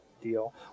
deal